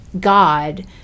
God